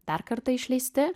dar kartą išleisti